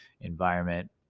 environment